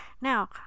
Now